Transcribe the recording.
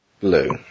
Blue